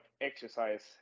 exercise